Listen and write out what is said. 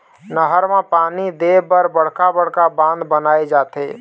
नहर म पानी दे बर बड़का बड़का बांध बनाए जाथे